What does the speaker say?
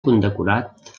condecorat